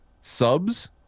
subs